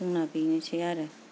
जोंना बेनोसै आरो